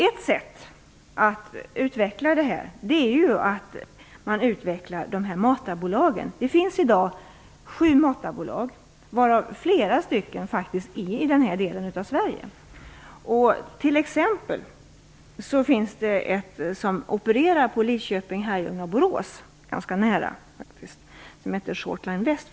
Ett sätt att utveckla verksamheten är att utveckla matarbolagen. Det finns i dag sju matarbolag, varav flera faktiskt finns i denna del av Sverige. Det finns t.ex. ett som opererar på Lidköping, Herrljunga och Borås - det är faktiskt ganska nära - som för övrigt heter Shortline Väst.